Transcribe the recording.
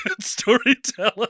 storyteller